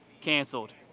canceled